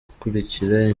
gukurikira